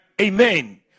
Amen